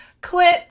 Clit